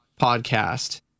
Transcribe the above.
podcast